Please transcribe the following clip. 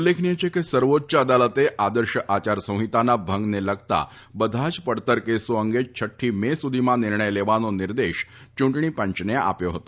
ઉલ્લેખનીય છે કે સર્વોચ્ચ અદાલતે આદર્શ આચારસંહિતાના ભંગને લગતા બધા જ પડતર કેસો અંગે છઠ્ઠી મે સુધીમાં નિર્ણય લેવાનો નિર્દેશ ચૂંટણી પંચને આપ્યો હતો